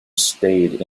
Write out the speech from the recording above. stayed